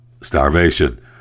starvation